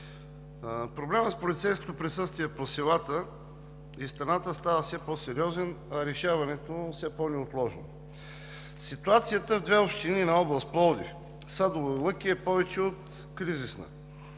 Проблемът с полицейското присъствие по селата из страната става все по-сериозен, а решаването му – все по-неотложно. Ситуацията в две общини на област Пловдив – Садово и Лъки, е повече от кризисна.